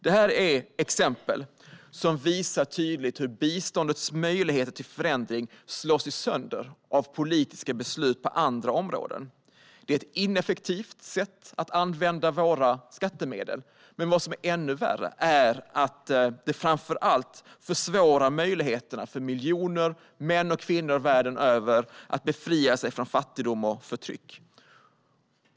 Dessa exempel visar tydligt hur biståndets möjligheter till förändring slås sönder av politiska beslut på andra områden. Det är ett ineffektivt sätt att använda våra skattemedel, men än värre är att det framför allt försvårar möjligheterna för miljoner män och kvinnor världen över att befria sig från fattigdom och förtryck.